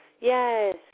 yes